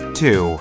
two